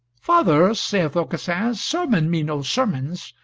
father, saith aucassin, sermon me no sermons,